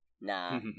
Nah